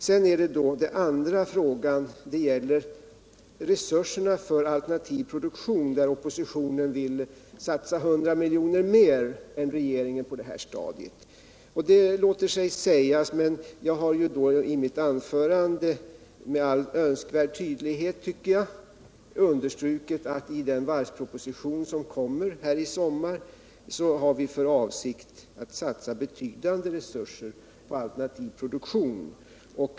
För det andra gäller det resurserna för alternativ produktion, där oppositionen vill satsa 100 miljoner mer än regeringen på det här stadiet. Det låter sig sägas, men jag har i mitt första anförande — med all önskvärd tydlighet, tycker jag - understrukit att i den varvsproposition som kommer i sommar har vi för avsikt att satsa betydande resurser på alternativ produktion.